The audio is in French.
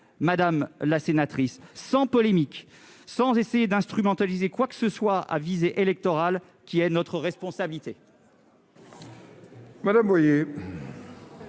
madame la sénatrice, sans polémique, sans essayer d'instrumentaliser quoi que ce soit dans une visée électorale, qui est notre responsabilité. La parole